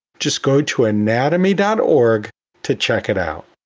just go to anatomy dot org to check it out.